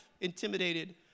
intimidated